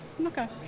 Okay